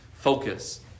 focus